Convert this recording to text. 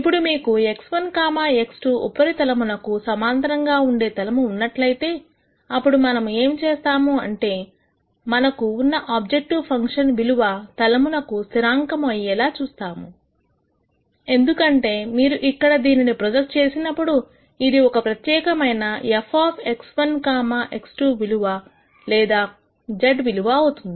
ఇప్పుడు మీకు x1 x2 ఉపరితలమునకు సమాంతరంగా ఉండే తలము ఉన్నట్లయితే ఇప్పుడు మనము ఏమి చూస్తాము అంటే మనకు ఉన్న ఆబ్జెక్టివ్ ఫంక్షన్ విలువ తలమున స్థిరాంకము అయ్యేలా చూస్తాము ఎందుకంటే మీరు ఇక్కడ దీనిని ప్రొజెక్ట్ చేసినప్పుడు ఇది ఒక ప్రత్యేకమైన fx1 x2 విలువ లేదా z విలువ అవుతుంది